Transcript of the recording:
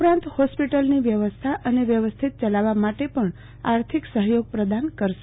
ઉપરાંત હોસ્પિટલની વ્યવસ્થા અને વ્યવસ્થિત યલાવવા માટે પણ આર્થિક સફયોગ પ્રદાન કરશે